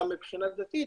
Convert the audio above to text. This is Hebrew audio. גם מבחינה דתית,